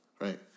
Right